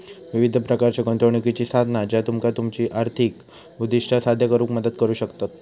विविध प्रकारच्यो गुंतवणुकीची साधना ज्या तुमका तुमची आर्थिक उद्दिष्टा साध्य करुक मदत करू शकतत